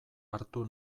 hartu